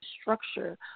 structure